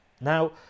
Now